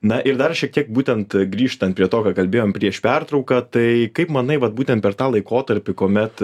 na ir dar šiek tiek būtent grįžtant prie to ką kalbėjom prieš pertrauką tai kaip manai vat būtent per tą laikotarpį kuomet